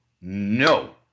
no